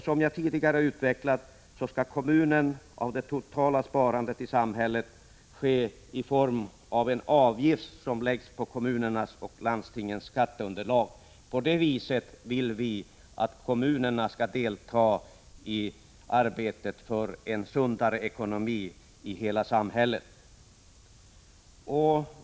Som jag tidigare utvecklat, skall kommunernas del av det totala sparandet i samhället utgöras av en avgift som läggs på kommunernas och landstingens skatteunderlag. Det är på det viset vi vill att kommunerna skall delta i arbetet för en sundare ekonomi i hela samhället.